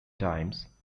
times